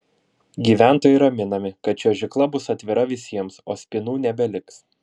gyventojai raminami kad čiuožykla bus atvira visiems o spynų nebeliks